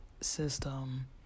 system